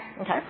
Okay